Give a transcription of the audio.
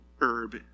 herb